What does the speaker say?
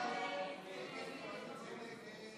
ההסתייגות